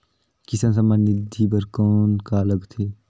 किसान सम्मान निधि बर कौन का लगथे?